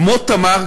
כמו "תמר",